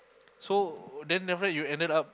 so then after that you ended up